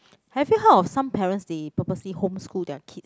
have you heard of some parents they purposely home school their kids